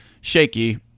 shaky